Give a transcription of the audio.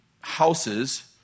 houses